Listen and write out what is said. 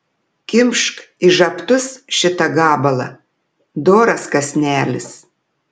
kimšk į žabtus šitą gabalą doras kąsnelis